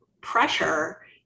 pressure